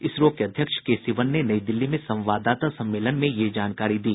इसरो के अध्यक्ष के सिवन ने नई दिल्ली में संवाददाता सम्मेलन में ये जानकारी दी